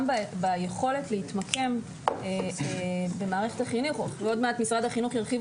גם ביכולת להתמקם במערכת החינוך ועוד מעט משרד החינוך ירחיב